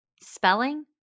Spelling